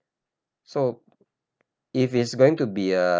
so if it's going to be a